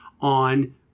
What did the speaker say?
on